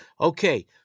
Okay